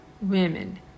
women